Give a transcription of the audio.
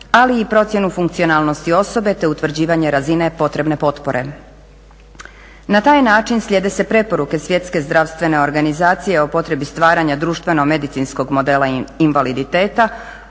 ali i procjenu funkcionalnosti osobe, te utvrđivanje razine potrebne potpore. Na taj način slijede se preporuke Svjetske zdravstvene organizacije o potrebi stvaranja društveno medicinskog modela invaliditeta,